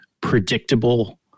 predictable